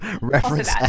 reference